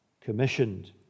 commissioned